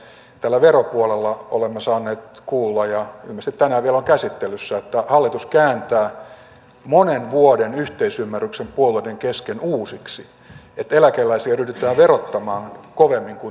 tällä veropuolella olemme saaneet kuulla ja ilmeisesti tänään vielä on käsittelyssä että hallitus kääntää monen vuoden yhteisymmärryksen puolueiden kesken uusiksi että eläkeläisiä ryhdytään verottamaan kovemmin kuin työssä olevia